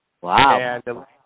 Wow